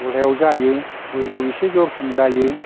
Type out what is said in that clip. दहलहाया व जायो बोरियाव एसे जरखम जायो